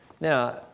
Now